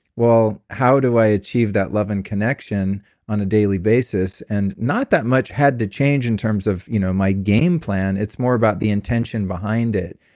well, how do i achieve that love and connection on a daily basis, and not that much had to change in terms of you know my game plan. it's more about the intention behind it,